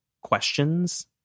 questions